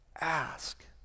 ask